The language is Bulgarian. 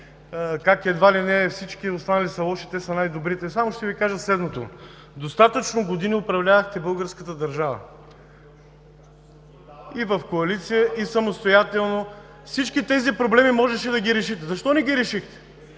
как, едва ли не, всички останали са лоши, те са най-добрите?! Ще Ви кажа само следното: достатъчно години управлявахте българската държава – и в коалиция, и самостоятелно. Всички тези проблеми можехте да ги решите. Защо не ги решихте?